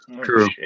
True